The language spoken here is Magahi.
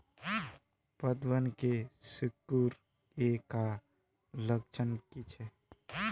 पतबन के सिकुड़ ऐ का लक्षण कीछै?